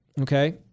Okay